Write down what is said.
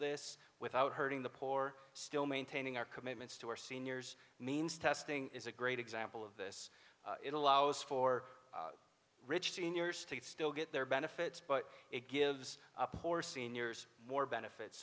this without hurting the poor still maintaining our commitments to our seniors means testing is a great example of this it allows for rich seniors to still get their benefits but it gives up or seniors more benefits